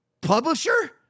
publisher